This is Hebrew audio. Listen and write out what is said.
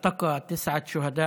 (חוזר על דבריו בערבית.)